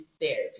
therapy